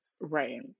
Right